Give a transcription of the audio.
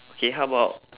okay how about